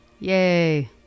Yay